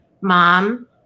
mom